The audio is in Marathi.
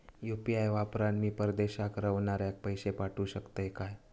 यू.पी.आय वापरान मी परदेशाक रव्हनाऱ्याक पैशे पाठवु शकतय काय?